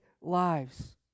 lives